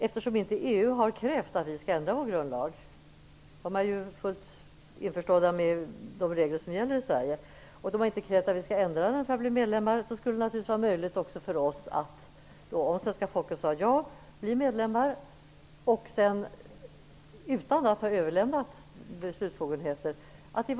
Eftersom EU inte har krävt att vi skall ändra vår grundlag -- man är fullt införstådd med de regler som gäller i Sverige -- för att bli medlemmar, skulle det naturligtvis vara möjligt för oss att bli medlemmar, om svenska folket säger ja, utan att överlämna beslutsbefogenheter till EU.